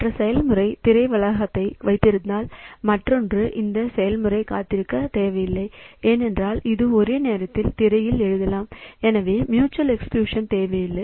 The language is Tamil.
மற்ற செயல்முறை திரை வளத்தை வைத்திருந்தால் மற்றொன்று இந்த செயல்முறை காத்திருக்க தேவையில்லை ஏனென்றால் இது ஒரே நேரத்தில் திரையில் எழுதலாம் எனவே மியூச்சுவல் எக்ஸ்கிளுஷன் தேவையில்லை